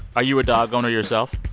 are you a dog owner yourself?